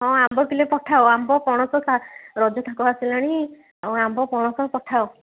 ହଁ ଆମ୍ବ କିଲେ ପଠାଅ ଆମ୍ବ ପଣସ ରଜ ଥାକ ଆସିଲାଣି ଆମ୍ବ ପଣସ ପଠାଅ